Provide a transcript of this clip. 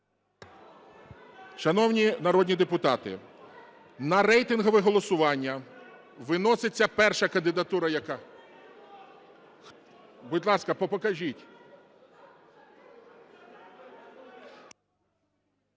Шановні народні депутати на рейтингове голосування виноситься перша кандидатура, яка… Будь ласка, покажіть.